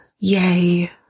Yay